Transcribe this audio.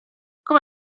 come